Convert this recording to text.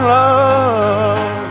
love